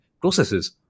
processes